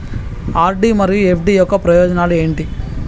RD మరియు FD యొక్క ప్రయోజనాలు ఏంటి?